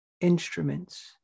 instruments